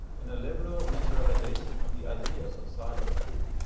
in a liberal naturalisation of the ideas of science too,